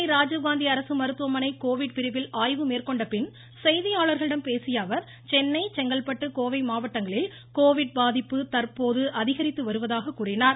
சென்னை ராஜீவ்காந்தி அரசு மருத்துவமனை கோவிட் பிரிவில் ஆய்வு மேற்கொண்ட பின் செய்தியாளர்களிடம் பேசிய அவர் சென்னை செங்கல்பட்டு கோவை மாவட்டங்களில் கோவிட் பாதிப்பு அதிகமுள்ளதாக கூறினார்